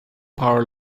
power